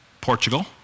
Portugal